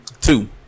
Two